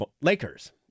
Lakers